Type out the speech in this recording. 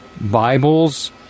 Bibles